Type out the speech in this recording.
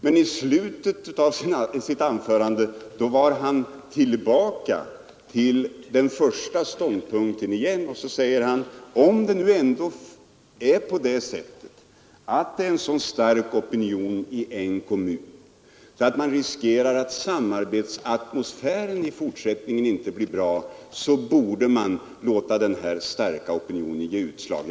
Men i slutet av sitt anförande var han tillbaka till den första ståndpunkten och säger: Om det nu är en så stark opinion i en kommun, att man riskerar att samarbetsatmosfären i fortsättningen inte blir bra, borde man låta den starka opinionen ge utslag.